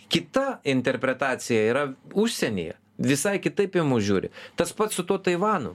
kita interpretacija yra užsienyje visai kitaip į mus žiūri tas pats su tuo taivanu